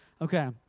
Okay